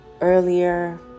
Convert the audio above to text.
earlier